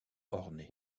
orné